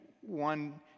one